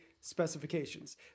specifications